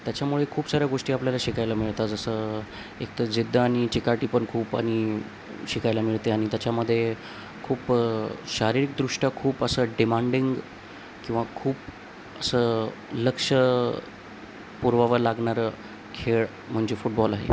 त्याच्यामुळे खूप साऱ्या गोष्टी आपल्याला शिकायला मिळतात जसं एकतर जिद्द आणि चिकाटी पण खूप आणि शिकायला मिळते आणि त्याच्यामध्ये खूप शारीरिकदृष्ट्या खूप असं डिमांडिंग किंवा खूप असं लक्ष पुरवावा लागणारं खेळ म्हणजे फुटबॉल आहे